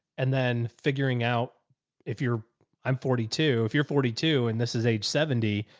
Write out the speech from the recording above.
and then figuring out if you're i'm forty two, if you're forty two and this is age seventy,